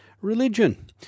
religion